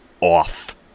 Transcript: off